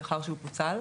מאחר שהוא פוצל.